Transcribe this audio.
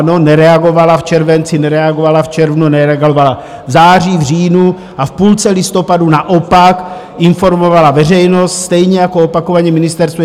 Ano, nereagovala v červenci, nereagovala v červnu, nereagovala v září, v říjnu a v půlce listopadu naopak informovala veřejnost, stejně jako opakovaně ministerstvo.